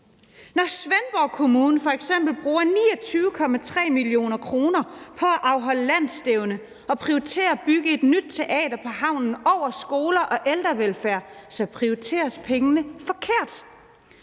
Når Svendborg Kommune f.eks. bruger 29,3 mio. kr. på at afholde landsstævne og prioriterer at bygge et nyt teater på havnen over skoler og ældrevelfærd, prioriteres pengene forkert.